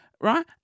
right